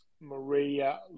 Maria